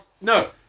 no